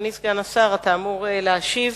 אתה אמור להשיב.